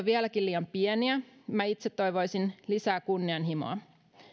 vieläkin liian pieniä minä itse toivoisin lisää kunnianhimoa